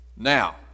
Now